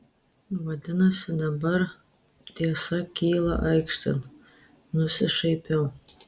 vadinasi dabar tiesa kyla aikštėn nusišaipiau